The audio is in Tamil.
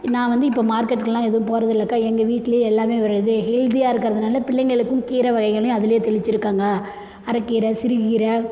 நான் வந்து இப்போ மார்க்கெட்டுக்கெல்லாம் எதுவும் போறதில்லைக்கா எங்கள் வீட்லேயே எல்லாம் வருது ஹெல்த்தியாக இருக்கிறதுனால பிள்ளைங்களுக்கும் கீரை வகைகளும் அதுலேயே தெளித்திருக்காங்க அரைக்கீர சிறுகீரை